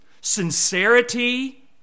sincerity